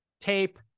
tape